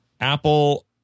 Apple